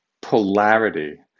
polarity